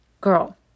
Girl